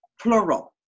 plural